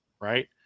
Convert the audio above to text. right